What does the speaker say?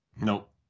Nope